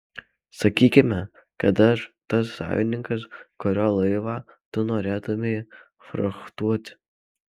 sakykime kad aš tas savininkas kurio laivą tu norėtumei frachtuoti